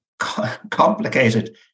complicated